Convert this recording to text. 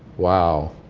wow.